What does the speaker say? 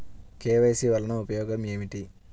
KYC వలన ఉపయోగం ఏమిటీ?